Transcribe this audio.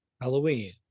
halloween